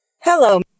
hello